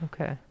okay